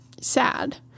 SAD